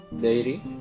daily